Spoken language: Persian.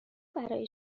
برای